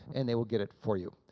and they will get it for you.